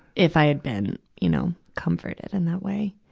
if i had been, you know, comforted in that way.